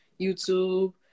youtube